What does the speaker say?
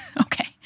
Okay